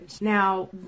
Now